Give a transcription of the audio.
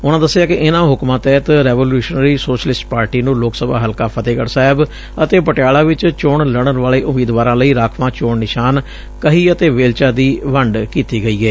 ਉਨਾਂ ਦੱਸਿਆ ਕਿ ਇਨਾਂ ਹੁਕਮਾਂ ਤਹਿਤ ਰੈਵੋਲਇਉਸ਼ਨਰੀ ਸੋਸ਼ਲਿਸਟ ਪਾਰਟੀ ਨੂੰ ਲੋਕ ਸਭਾ ਹਲਕਾ ਫਤਿਹਗੜ ਸਾਹਿਬ ਅਤੇ ਪਟਿਆਲਾ ਵਿੱਚ ਚੋਣ ਲੜਨ ਵਾਲੇ ਉਮੀਦਵਾਰਾਂ ਲਈ ਰਾਖਵਾਂ ਚੋਣ ਨਿਸ਼ਾਨ ਕਹੀ ਅਤੇ ਵੇਲਚਾ ਦੀ ਵੰਡ ਕੀਤੀ ਗਈ ਏ